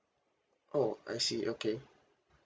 oh I see okay